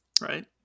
Right